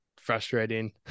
frustrating